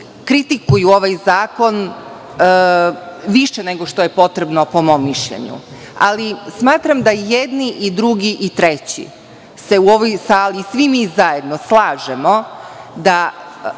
kritikuju ovaj zakon više nego što je potrebno, po mom mišljenju, ali smatram da i jedini i drugi i treći se u ovoj sali i svi mi zajedno slažemo da